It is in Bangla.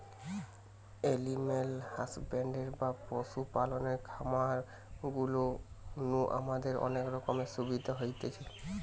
এনিম্যাল হাসব্যান্ডরি বা পশু পালনের খামার গুলা নু আমাদের অনেক রকমের সুবিধা হতিছে